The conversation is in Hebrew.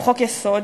על חוק-יסוד,